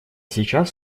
сейчас